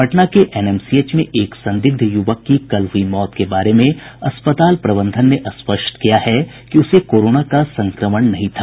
पटना के एनएमसीएच में एक संदिग्ध युवक की कल हुई मौत के बारे में अस्पताल प्रशासन ने स्पष्ट किया है कि उसे कोरोना का संक्रमण नहीं था